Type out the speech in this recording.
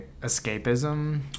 escapism